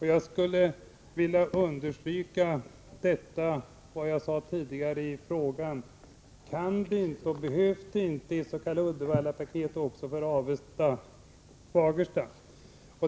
Jag vill upprepa det jag skrev i frågan: Behövs det inte ett s.k. Uddevallapaket också för Avesta och Fagersta?